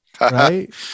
right